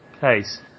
case